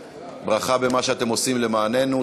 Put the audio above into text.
וברכה במה שאתם עושים למעננו.